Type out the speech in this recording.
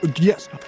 Yes